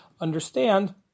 understand